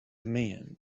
men